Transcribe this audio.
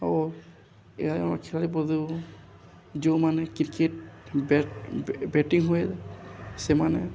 ଓ ଏହା ଖେଳାଳି ଯେଉଁମାନେ କ୍ରିକେଟ୍ ବ୍ୟାଟିଙ୍ଗ ହୁଏ ସେମାନେ